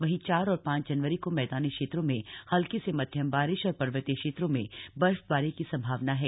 वहीं चार और पांच जनवरी को मैदानी क्षेत्रों में हल्की से मध्यम बारिश और पर्वतीय क्षेत्रों में बर्फबारी की संभावना है